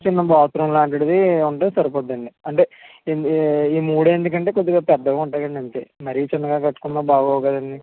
చిన్న బాత్రూం లాంటిది ఉంటే సరిపోతుంది అండి అంటే ఈ ఈ మూడు ఎందుకంటే కొద్దిగా పెద్దగా ఉంటదని అంతే అందుకే మరీ చిన్నగా కట్టుకున్నా బాగోవు కదండీ